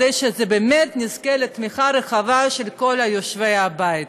כדי שבאמת נזכה לתמיכה רחבה של כל יושבי הבית.